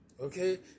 Okay